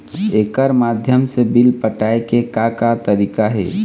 एकर माध्यम से बिल पटाए के का का तरीका हे?